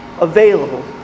available